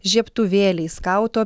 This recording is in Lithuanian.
žiebtuvėliai skauto